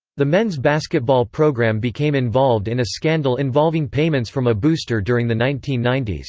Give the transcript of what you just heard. the men's basketball program became involved in a scandal involving payments from a booster during the nineteen ninety s.